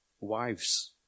wives